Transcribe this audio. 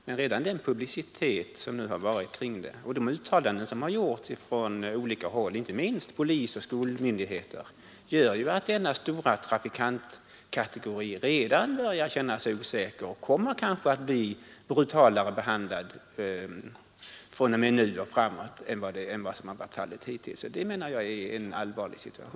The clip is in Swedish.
Men den publicitet som förekommit och de uttalanden som gjorts från olika håll — inte minst från polisoch skolmyndigheter — har lett till att denna stora trafikantgrupp redan börjat känna sig osäker, och den kan komma att bli mera brutalt behandlad framdeles än vad som hittills varit fallet.